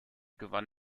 gewann